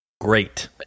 Great